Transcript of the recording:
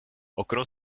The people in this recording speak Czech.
okno